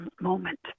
moment